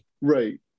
Right